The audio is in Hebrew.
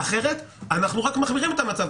אחרת אנחנו רק מחמירים את המצב,